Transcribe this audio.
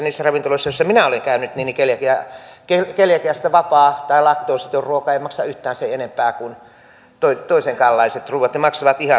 niissä ravintoloissa joissa minä olen käynyt keliakiasta vapaa tai laktoositon ruoka ei maksa yhtään sen enempää kuin toisenkaanlaiset ruuat